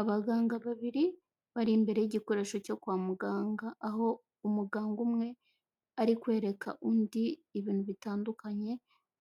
Abaganga babiri bari imbere y'igikoresho cyo kwa muganga, aho umuganga umwe ari kwereka undi ibintu bitandukanye,